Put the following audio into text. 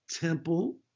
Temple